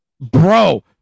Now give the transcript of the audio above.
bro